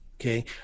Okay